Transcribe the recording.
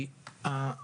כי כמו שאמרתי,